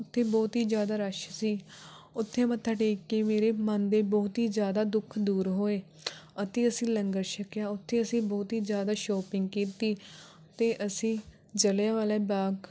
ਉੱਥੇ ਬਹੁਤ ਹੀ ਜ਼ਿਆਦਾ ਰੱਸ਼ ਸੀ ਉੱਥੇ ਮੱਥਾ ਟੇਕ ਕੇ ਮੇਰੇ ਮਨ ਦੇ ਬਹੁਤ ਹੀ ਜ਼ਿਆਦਾ ਦੁੱਖ ਦੂਰ ਹੋਏ ਅਤੇ ਅਸੀਂ ਲੰਗਰ ਛਕਿਆ ਉੱਥੇ ਅਸੀਂ ਬਹੁਤ ਹੀ ਜ਼ਿਆਦਾ ਸ਼ੋਪਿੰਗ ਕੀਤੀ ਅਤੇ ਅਸੀਂ ਜਲ੍ਹਿਆਂਵਾਲਾ ਬਾਗ